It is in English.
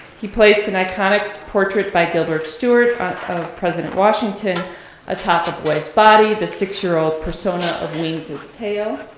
he placed an iconic portrait by gilbert stuart of president washington atop a boy's body, the six year old persona of weems's tale.